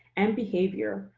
and behavior,